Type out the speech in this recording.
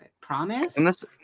Promise